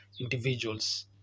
individuals